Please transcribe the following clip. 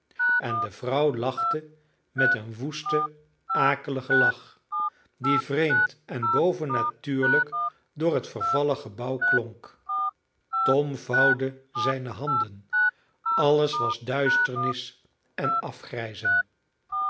en de vrouw lachte met een woesten akeligen lach die vreemd en bovennatuurlijk door het vervallen gebouw klonk tom vouwde zijne handen alles was duisternis en afgrijzen